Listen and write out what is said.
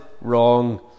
wrong